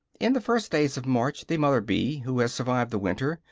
in the first days of march the mother-bee, who has survived the winter,